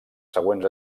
següents